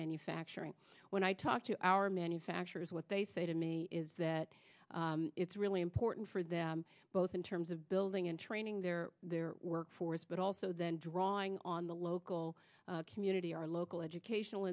manufacturing when i talk to our manufacturers what they say to me is that it's really important for them both in terms of building and training their their workforce but also then drawing on the local community our local educational